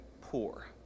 poor